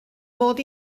mod